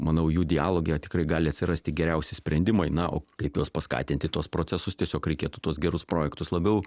manau jų dialoge tikrai gali atsirasti geriausi sprendimai na o kaip juos paskatinti tuos procesus tiesiog reikėtų tuos gerus projektus labiau